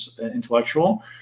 intellectual